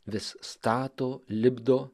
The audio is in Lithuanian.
vis stato lipdo